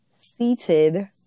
seated